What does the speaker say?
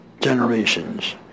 generations